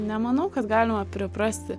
nemanau kad galima priprasti